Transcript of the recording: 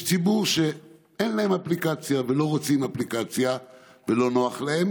יש ציבור שאין להם אפליקציה ולא רוצים אפליקציה ולא נוח להם,